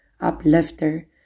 Uplifter